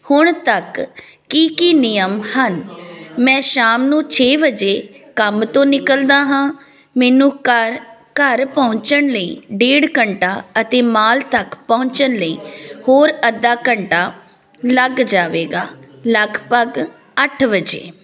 ਹੁਣ ਤੱਕ ਕੀ ਕੀ ਨਿਯਮ ਹਨ ਮੈਂ ਸ਼ਾਮ ਨੂੰ ਛੇ ਵਜੇ ਕੰਮ ਤੋਂ ਨਿਕਲਦਾ ਹਾਂ ਮੈਨੂੰ ਕਰ ਘਰ ਪਹੁੰਚਣ ਲਈ ਡੇਢ ਘੰਟਾ ਅਤੇ ਮਾਲ ਤੱਕ ਪਹੁੰਚਣ ਲਈ ਹੋਰ ਅੱਧਾ ਘੰਟਾ ਲੱਗ ਜਾਵੇਗਾ ਲਗਪਗ ਅੱਠ ਵਜੇ